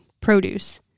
produce